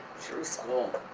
true school.